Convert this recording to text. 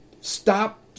stop